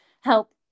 help